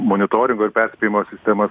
monitoringo ir perspėjimo sistemas